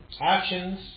Actions